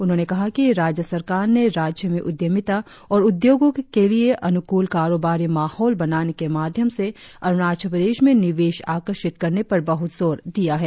उन्होंने कहा कि राज्य सरकार ने राज्य में उद्यमिता और उद्योगों के लिए अनुकूल करोबारी माहौल बनाने के माध्यम से अरुणाचल प्रदेश में निवेश आकर्षित करने पर बहुत जोर दिया है